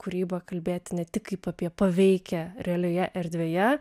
kūrybą kalbėti ne tik kaip apie paveikią realioje erdvėje